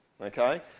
okay